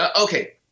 Okay